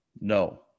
No